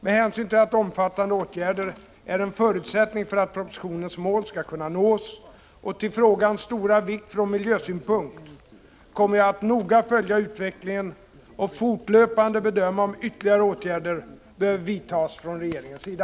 Med hänsyn till att omfattande åtgärder är en förutsättning för att propositionens mål skall kunna nås och till frågans stora vikt från miljösynpunkt kommer jag att noga följa utvecklingen och fortlöpande bedöma om ytterligare åtgärder behöver vidtas från regeringens sida.